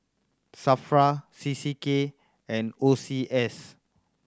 SAFRA C C K and O C S